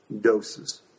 doses